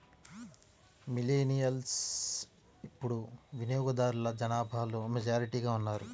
millennials ఇప్పుడు వినియోగదారుల జనాభాలో మెజారిటీగా ఉన్నారు